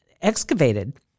excavated